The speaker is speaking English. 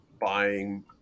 buying